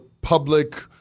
public